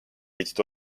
leidsid